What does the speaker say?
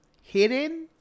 hidden